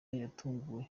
yatunguwe